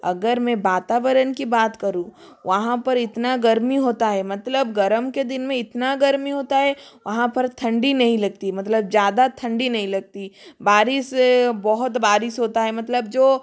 अगर मैं वातावरण की बात करूँ वहाँ पर इतना गर्मी होता है मतलब गरम के दिन में इतना गर्मी होता है वहाँ पर ठंडी नहीं लगती मतलब ज़्यादा ठंडी नहीं लगती बारिश बहुत बारिश होता है मतलब